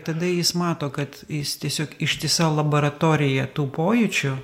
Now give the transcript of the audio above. tada jis mato kad jis tiesiog ištisa labaratorija tų pojūčių